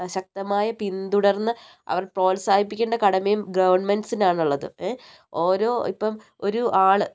ശക്തമായ പിന്തുടർന്ന് അവരെ പ്രോത്സാഹിപ്പിക്കേണ്ട കടമയും ഗവൺമെൻറ്സ്നാണുള്ളത് ഓരോ ഇപ്പം ഒരു ആൾ